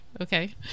Okay